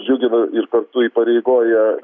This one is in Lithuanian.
džiugina ir kartu įpareigoja